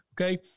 Okay